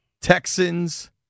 Texans